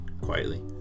Quietly